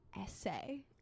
essay